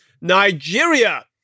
Nigeria